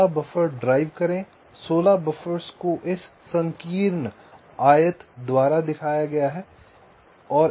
16 buffer drive करें 16 buffers को इस संकीर्ण आयत द्वारा दिखाया गया है